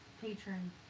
patron